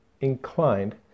inclined